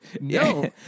No